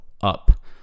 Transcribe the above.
up